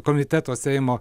komiteto seimo